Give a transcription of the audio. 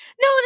No